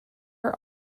are